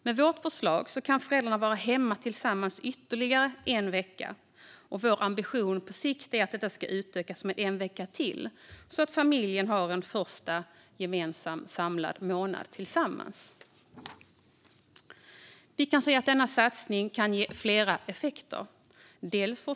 Med vårt förslag kan föräldrarna vara hemma tillsammans i ytterligare en vecka, och vår ambition på sikt är att det ska utökas med en vecka till så att familjen har en första gemensam samlad månad tillsammans. Vi kan se att denna satsning kan ge flera effekter.